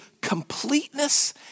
completeness